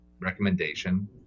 recommendation